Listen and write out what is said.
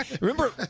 Remember